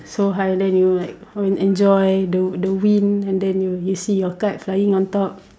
so high then you will like oh enjoy the the wind and then you see your kite flying on top